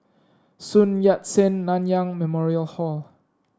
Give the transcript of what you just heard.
Sun Yat Sen Nanyang Memorial Hall